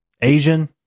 Asian